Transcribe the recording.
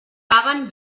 paguen